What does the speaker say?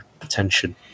Attention